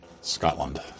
Scotland